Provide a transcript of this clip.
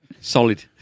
Solid